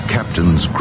Captains